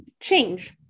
change